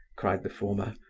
cried the former.